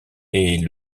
est